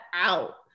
out